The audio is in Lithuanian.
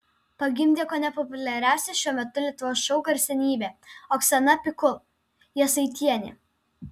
pagimdė kone populiariausia šiuo metu lietuvos šou garsenybė oksana pikul jasaitienė